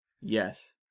Yes